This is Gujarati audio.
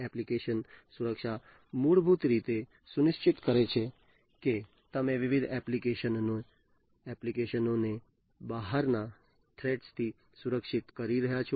એપ્લિકેશન સુરક્ષા મૂળભૂત રીતે સુનિશ્ચિત કરે છે કે તમે વિવિધ એપ્લિકેશનો ને બહારના થ્રેટસથી સુરક્ષિત કરી રહ્યાં છો